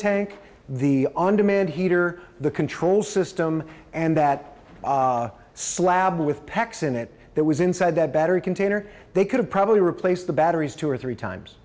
tank the on demand heater the control system and that slab with packs in it that was inside that battery container they could probably replace the batteries two or three times